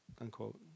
unquote